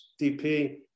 DP